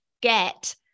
get